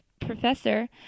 professor